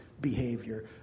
behavior